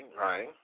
right